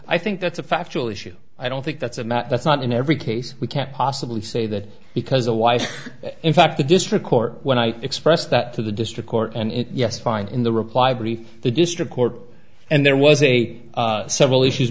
i think that's a factual issue i don't think that's a matter that's not in every case we can't possibly say that because the wife in fact the district court when i expressed that to the district court and yes find in the reply brief the district court and there was a several issues